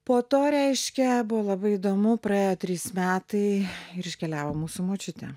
po to reiškia buvo labai įdomu praėjo trys metai ir iškeliavom mūsų močiutė